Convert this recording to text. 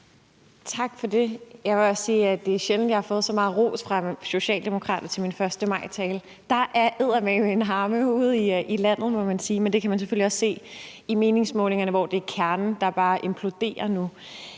Tak for det. Jeg vil også sige, at det er sjældent, at jeg har fået så meget ros fra socialdemokrater som til min 1. maj-tale. Der er eddermame en harme ude i landet, må man sige, men det kan man selvfølgelig også se i meningsmålingerne, hvor det er kernen, der bare imploderer nu.